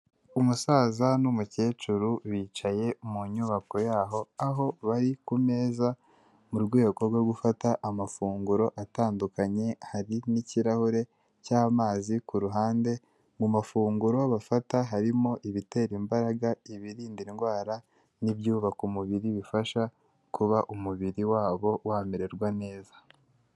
Umusaza n'umukecuru bicaye mu nyubako yaho, aho bari ku meza mu rwego rwo gufata amafunguro atandukanye hari n'ikirahure cy'amazi ku ruhande, mu mafunguro bafata harimo ibitera imbaraga, ibirinda indwara n'ibyubaka umubiri bifasha kuba umubiri wabo wamererwa neza.